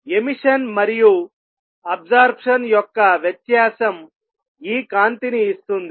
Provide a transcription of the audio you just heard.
emission మరియు absorption యొక్క వ్యత్యాసం ఈ కాంతిని ఇస్తుంది